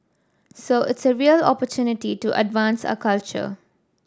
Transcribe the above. so it's a real opportunity to advance our culture